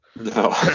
No